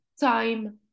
time